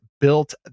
built